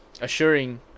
assuring